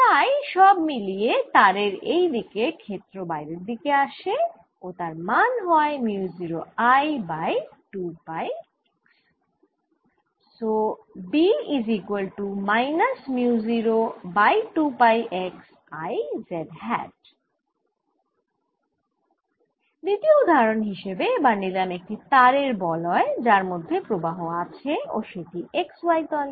তাই সব মিলিয়ে তারের এইদিকে ক্ষেত্র বাইরের দিকে আসে ও তার মান হয় mu 0 I by 2 pi x দ্বিতীয় উদাহরণ হিসেবে এবার নিলাম একটি তারের বলয় যার মধ্যে প্রবাহ আছে ও সেটি x y তলে